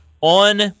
on